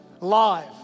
live